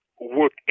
work